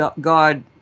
God